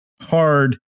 hard